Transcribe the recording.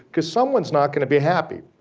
because someone's not going to be happy.